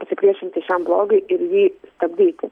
pasipriešinti šiam blogiui ir jį stabdyti